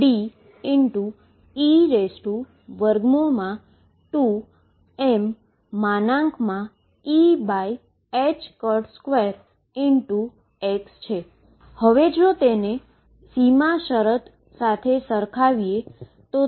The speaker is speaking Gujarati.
હવે જો બાઉન્ડ્રી કન્ડીશન સરખાવીએ તો તે બાઉન્ડ્રી કન્ડીશન પર તે સતત રહે છે